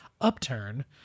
Upturn